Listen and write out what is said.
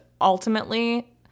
ultimately